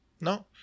No